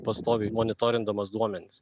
pastoviai monitorindamas duomenis